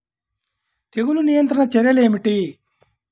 తెగులు నియంత్రణ చర్యలు ఏమిటి?